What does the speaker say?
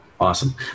Awesome